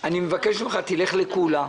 אני מבקש ממך ללכת לקולא,